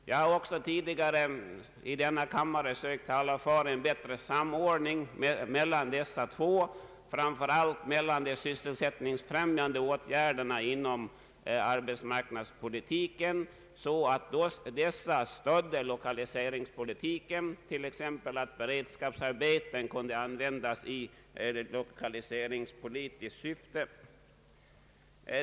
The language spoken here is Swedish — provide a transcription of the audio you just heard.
Jag har också tidigare i denna kammare sökt tala för en bättre samordning mellan dessa två, så att de sysselsättningsfrämjande åtgärderna inom <arbetsmarknadspolitiken kan stödja lokaliseringspolitiken, t.ex. så att beredskapsarbeten kan användas i lokaliseringspolitiskt syfte.